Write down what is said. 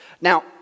Now